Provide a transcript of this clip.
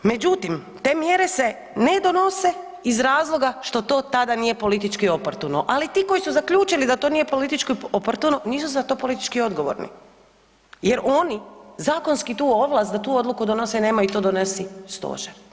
Međutim, te mjere se ne donose iz razloga što to tada nije politički oportuno, ali ti koji su zaključili da to nije politički oportuno nisu za to politički odgovorni jer oni zakonski tu ovlast da tu odluku donose nemaju i to donosi stožer.